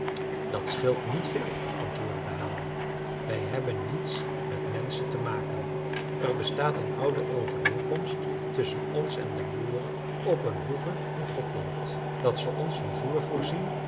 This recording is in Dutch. dat scheelt niet veel antwoordde de hamel we hebben niets met menschen te maken er bestaat een oude overeenkomst tusschen ons en de boeren op een hoeve in gothland dat ze ons van voer voorzien